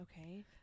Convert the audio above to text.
Okay